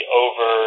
over